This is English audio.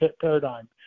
paradigm